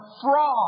fraud